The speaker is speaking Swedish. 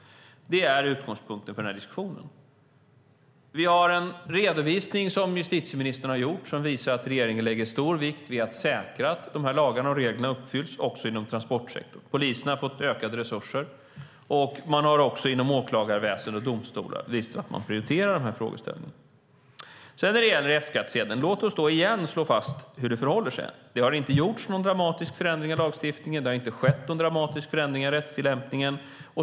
Det är utgångspunkten för den här diskussionen. Vi har en redovisning som justitieministern har gjort som visar att regeringen lägger stor vikt vid att säkra att dessa lagar och regler uppfylls också inom transportsektorn. Polisen har fått ökade resurser. Åklagarväsen och domstolar har också visat att man prioriterar dessa frågor. Låt oss sedan igen slå fast hur det förhåller sig när det gäller F-skattsedeln. Det har inte gjorts någon dramatisk förändring av lagstiftningen. Det har inte skett någon dramatisk förändring av rättstillämpningen.